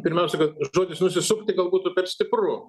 pirmiausia žodis nusisukti gal būtų per stipru